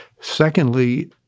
Secondly